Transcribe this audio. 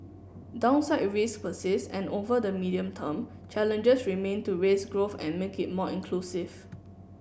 downside risks persist and over the medium term challenges remain to raise growth and make it more inclusive